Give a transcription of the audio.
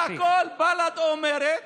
בסך הכול בל"ד אומרת